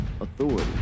authority